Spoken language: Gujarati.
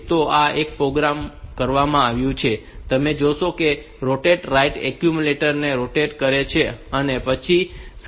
તો આ અહીં પ્રોગ્રામ માં કરવામાં આવ્યું છે તમે જોશો કે આ રોટેટ રાઈટ એક્યુમ્યુલેટર ને રોટેટ કરે છે અને પછી સ્કિપ કરવાં માટે તે જમ્પ કરે છે